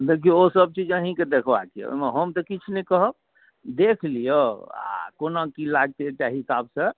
देखियौ ओसभ चीज अहीँके देखबाक यए ओहिमे हम तऽ किछु नहि कहब देख लियौ आ कोना की लगतै एकटा हिसाबसँ